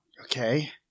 Okay